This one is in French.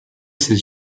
ses